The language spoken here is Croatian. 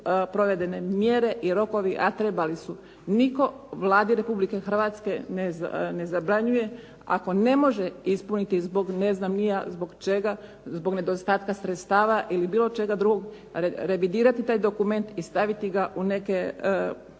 provedene mjere i rokovi, a trebali su. Nitko Vladi Republike Hrvatske ne zabranjuje, ako ne može ispuniti zbog ne znam ni ja zbog čega, zbog nedostatka sredstava ili bilo čega drugog revidirati taj dokument i staviti ga u neke ajmo